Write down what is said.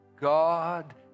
God